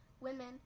women